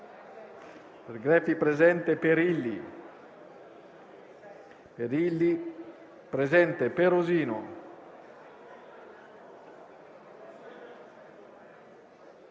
Grazie a tutto